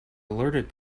alerted